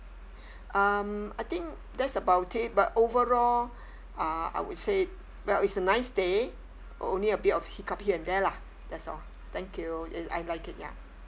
um I think that's about it but overall uh I would say well it's a nice stay only a bit of hiccup here and there lah that's all thank you ye~ I like it ya